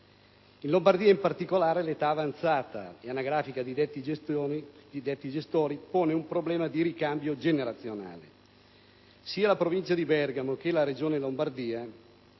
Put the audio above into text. In Lombardia, in particolare, l'età anagrafica avanzata di detti gestori pone un problema di ricambio generazionale. Sia la Provincia di Bergamo, sia la Regione Lombardia